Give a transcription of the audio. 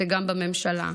וגם בממשלה.